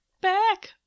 Back